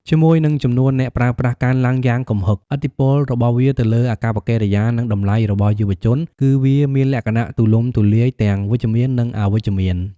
ជាមួយនឹងចំនួនអ្នកប្រើប្រាស់កើនឡើងយ៉ាងគំហុក ឥទ្ធិពលរបស់វាទៅលើអាកប្បកិរិយា និងតម្លៃរបស់យុវជនគឺវាមានលក្ខណៈទូលំទូលាយ ទាំងវិជ្ជមាន និងអវិជ្ជមាន។